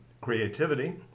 creativity